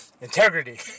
integrity